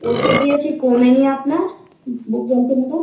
ওষুধ দিয়েছি কমে নি আপনার বুক যন্ত্রণাটা